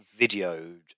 videoed